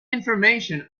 information